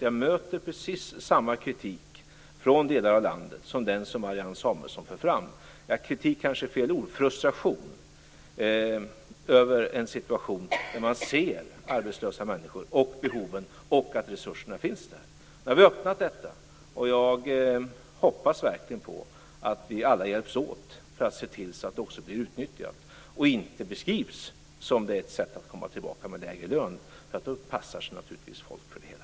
Jag möter från olika delar av landet precis samma kritik som den Marianne Samuelsson för fram. Fast "kritik" kanske är fel ord. Det handlar mer om frustration, frustration över att människor är arbetslösa samtidigt som behoven liksom resurserna finns. Nu har vi öppnat denna möjlighet, och jag hoppas verkligen att vi alla hjälps åt att se till att den också utnyttjas och att den inte beskrivs som ett sätt för personalen att komma tillbaka till en lägre lön, för då passar sig naturligtvis folk för det hela.